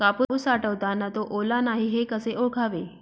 कापूस साठवताना तो ओला नाही हे कसे ओळखावे?